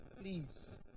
Please